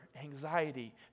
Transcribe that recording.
anxiety